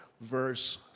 verse